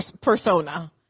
persona